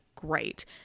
great